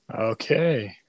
Okay